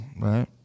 right